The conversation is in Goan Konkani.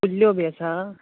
कुल्ल्यो बी आसा